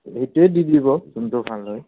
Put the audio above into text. সেইটোৱে দি দিব যোনটো ভাল হয়